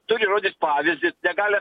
turi rodyt pavyzdį negali